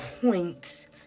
points